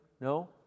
No